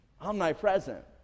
omnipresent